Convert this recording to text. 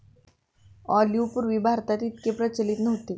olive पूर्वी भारतात इतके प्रचलित नव्हते